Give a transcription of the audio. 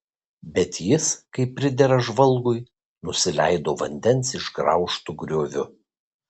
bet jis kaip pridera žvalgui nusileido vandens išgraužtu grioviu